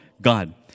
God